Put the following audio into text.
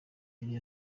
yari